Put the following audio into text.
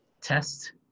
test